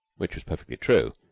which was perfectly true.